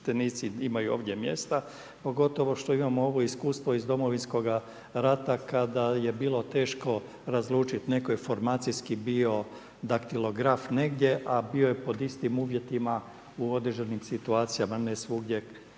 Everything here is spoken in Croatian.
namještenici imaju ovdje mjesta, pogotovo što imamo ovo iskustvo iz Domovinskoga rata kada je bilo teško izlučit, netko je formacijski bio daktilograf negdje, a bio je pod istim uvjetima u određenim situacijama, ne svugdje